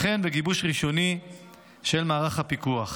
וכן בגיבוש ראשוני של מערך הפיקוח.